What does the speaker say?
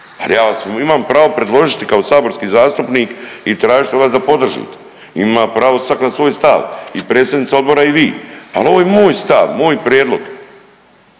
ja vas imam pravo predložiti kao saborski zastupnik i tražit od vas da podržite. Ima pravo svak na svoj stav i predsjednica odbora i vi, ali ovo je moj stav, moj prijedlog